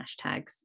hashtags